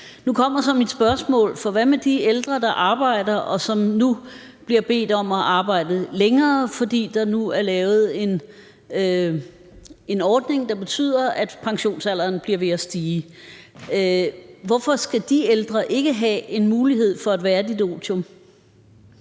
Nu kommer så mit spørgsmål, for hvad med de ældre, der arbejder, og som nu bliver bedt om at arbejde længere, fordi der nu er lavet en ordning, der betyder, at pensionsalderen bliver ved at stige: Hvorfor skal de ældre ikke have en mulighed for et værdigt otium?